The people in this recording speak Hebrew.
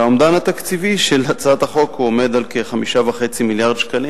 והאומדן התקציבי של הצעת החוק עומד על כ-5.5 מיליארד שקלים.